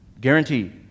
Guaranteed